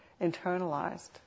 internalized